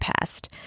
past